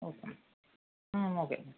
okay okay